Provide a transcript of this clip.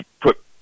put